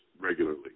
regularly